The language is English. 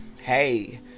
Hey